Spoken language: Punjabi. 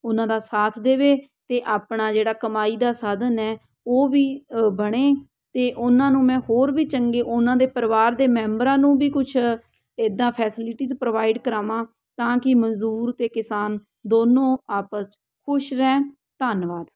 ਉਹਨਾਂ ਦਾ ਸਾਥ ਦੇਵੇ ਅਤੇ ਆਪਣਾ ਜਿਹੜਾ ਕਮਾਈ ਦਾ ਸਾਧਨ ਹੈ ਉਹ ਵੀ ਬਣੇ ਅਤੇ ਉਹਨਾਂ ਨੂੰ ਮੈਂ ਹੋਰ ਵੀ ਚੰਗੇ ਉਹਨਾਂ ਦੇ ਪਰਿਵਾਰ ਦੇ ਮੈਂਬਰਾਂ ਨੂੰ ਵੀ ਕੁਛ ਇੱਦਾਂ ਫੈਸਲਿਟੀਜ਼ ਪ੍ਰੋਵਾਈਡ ਕਰਾਵਾਂ ਤਾਂ ਕਿ ਮਜ਼ਦੂਰ ਅਤੇ ਕਿਸਾਨ ਦੋਨੋਂ ਆਪਸ 'ਚ ਖੁਸ਼ ਰਹਿਣ ਧੰਨਵਾਦ